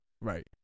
Right